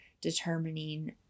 determining